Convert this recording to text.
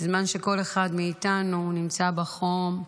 בזמן שכל אחד מאיתנו נמצא בחום,